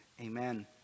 Amen